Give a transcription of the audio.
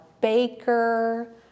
baker